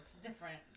different